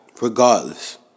regardless